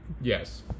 Yes